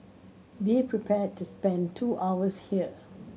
be prepared to spend two hours here